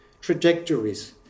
trajectories